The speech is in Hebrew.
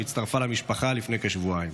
שהצטרפה למשפחה לפני כשבועיים.